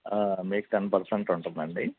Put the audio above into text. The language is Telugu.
మీకు టెన్ పర్సెంట్ ఉంటుందండి